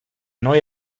neue